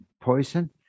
poison